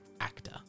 Actor